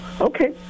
Okay